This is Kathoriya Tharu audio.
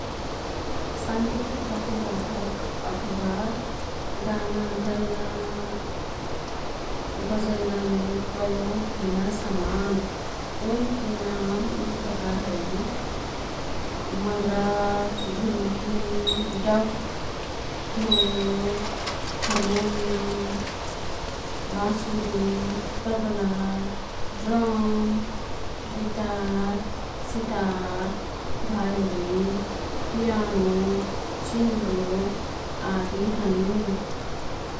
सांगतिक बाध्यबाधक अथवा गाना गैना बजैनामे प्रयोग हुइना समान ओईनके नाम यी प्रकार है मन्द्रा, ढुल्की, डफ्फ, ढोल, हार्मोनियम, बाँसुरी, tabla, drum, guitar, sitar, violin, piano, चिन्झो, आदि हैं।